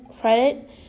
credit